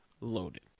loaded